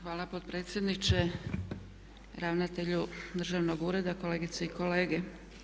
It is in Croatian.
Hvala potpredsjedniče, ravnatelju državnog ureda, kolegice i kolege.